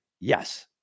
Yes